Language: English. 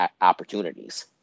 opportunities